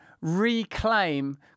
reclaim